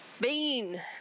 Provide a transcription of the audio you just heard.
Bean